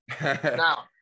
Now